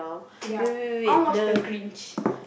ya I want watch the Grinch